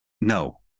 No